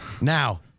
Now